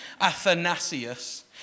Athanasius